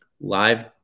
live